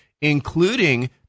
including